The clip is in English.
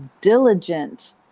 diligent